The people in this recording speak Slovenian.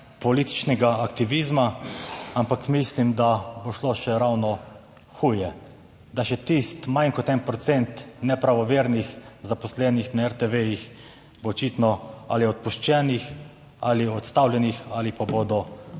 političnega aktivizma, ampak mislim, da bo šlo še ravno huje, da še tisti manj kot 1 procent nepravovernih zaposlenih na RTV bo očitno ali odpuščenih ali odstavljenih ali pa bodo sami